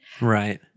Right